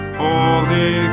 holy